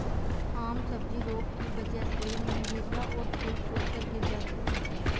आम सब्जी रोग की वजह से मंजरियां और फूल सूखकर गिर जाते हैं